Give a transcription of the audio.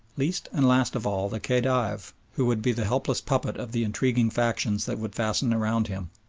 least and last of all the khedive, who would be the helpless puppet of the intriguing factions that would fasten around him.